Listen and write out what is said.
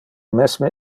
mesme